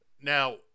Now